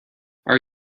are